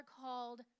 called